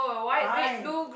fine